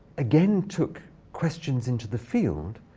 again, took questions into the field.